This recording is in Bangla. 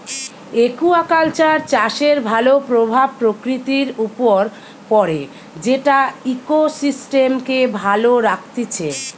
একুয়াকালচার চাষের ভাল প্রভাব প্রকৃতির উপর পড়ে যেটা ইকোসিস্টেমকে ভালো রাখতিছে